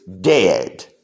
dead